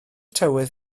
tywydd